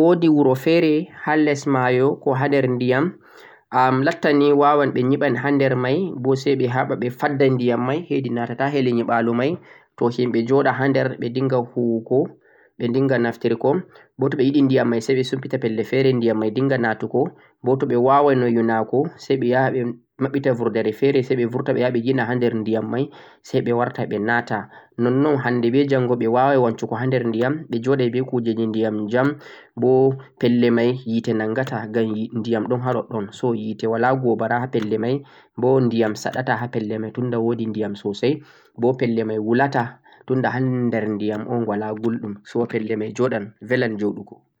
to lattan no woodi wuro feere ha les maayo, ko ha nder ndiyam, am, lattan ni waawan ɓe nyiɓan ha dow may, bo say ɓe haɓa ɓe fadda ndiyam may heedi na'tata ha heli nyiɓa'lo may, to himɓe joɗa ha nder ɓe dinnga huwugo, ɓe dinnga naftiru kon, bo to ɓe yiɗi ndiyam may say ɓe sumpita pelle feere ndiyam may dinnga na'tugo, bo to ɓe waawan no yuna'go, say ɓe yaha ɓe maɓɓita burdere feere, say ɓe yaha ɓe yina nder ndiyam may say ɓe warta ɓe na'ta, nonnon hannde be njanngo ɓe waawan wancugo ha nder ndiyam, ɓe joɗay be kuujeeeji nder ndiyam jam, bo pelle may hiite nanngata ngam ndiyam ɗon ja ɗoɗɗon. So, hiite walaa gobara ha pelle may boo ndiyam saɗata ha pelle may tunda woodi ndiyam soosay, bo pelle may wulata tunda ha nder ndiyam un walaa gulɗum, so pelle may joɗan, beellan jooɗugo.